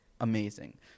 amazing